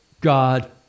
God